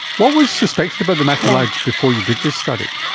what was suspected about the macrolides before you did this study?